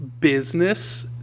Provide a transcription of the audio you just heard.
business